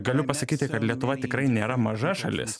galiu pasakyti kad lietuva tikrai nėra maža šalis